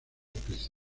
tapices